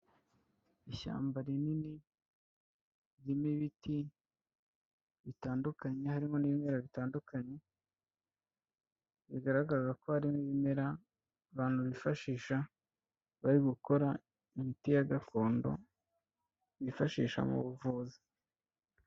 Ishyamba rinini ririmo ibiti bitandukanye harimo n'ibimera bitandukanye bigaragaza ko hari ibimera, abantu bifashisha bari gukora imiti ya gakondo bifashisha mu buvuzi.